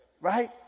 right